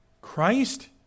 Christ